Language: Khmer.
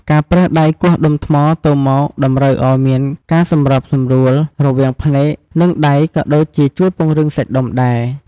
ការប្រើដៃគោះដុំថ្មទៅមកតម្រូវឱ្យមានការសម្របសម្រួលរវាងភ្នែក និងដៃក៏ដូចជាជួយពង្រឹងសាច់ដុំដៃ។